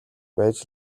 байж